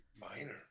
minor